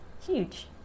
Huge